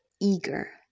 eager